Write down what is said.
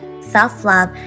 self-love